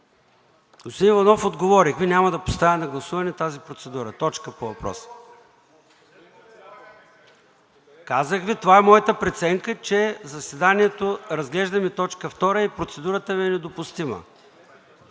Казах Ви, това е моята преценка, че в заседанието разглеждаме втора точка и процедурата Ви е недопустима.